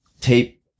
tape